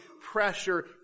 pressure